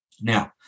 Now